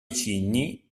cigni